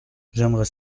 j’aimerais